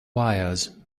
wires